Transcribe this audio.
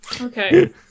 okay